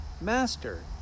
master